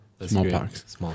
Smallpox